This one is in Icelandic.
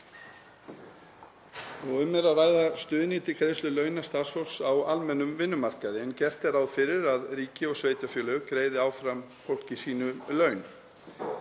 Um er að ræða stuðning til greiðslu launa starfsfólks á almennum vinnumarkaði en gert er ráð fyrir að ríki og sveitarfélög greiði áfram fólki sínu laun.